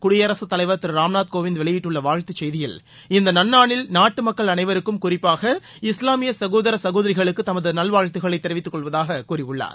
குடியரசு தலைவர் திரு ராம்நாத் கோவிந்த் வெளியிட்டுள்ள வாழ்த்துச் செய்தியில் இந்த நன்னாளில் நாட்டு மக்கள் அனைவருக்கும் குறிப்பாக இஸ்லாமிய சகோதர சகோதரிகளுக்கு தமது நல்வாழ்த்துகளை தெரிவித்துக் கொள்வதாக கூறியுள்ளார்